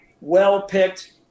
well-picked